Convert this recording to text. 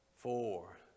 Four